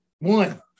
one